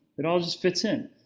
it all just fits in.